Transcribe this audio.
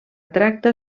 tracta